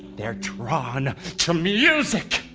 they're drawn to music!